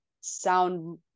sound